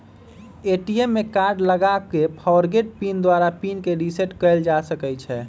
ATM में card लगा कऽ फ़ॉरगोट पिन द्वारा पिन के रिसेट कएल जा सकै छै